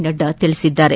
ನಡ್ಡಾ ಹೇಳಿದ್ದಾರೆ